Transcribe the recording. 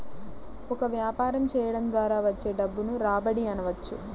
ఒక వ్యాపారం చేయడం ద్వారా వచ్చే డబ్బును రాబడి అనవచ్చు